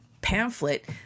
pamphlet